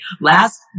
Last